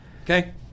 Okay